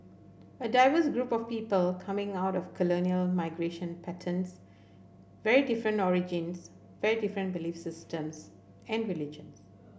a diverse group of people coming out of colonial migration patterns very different origins very different belief systems and religion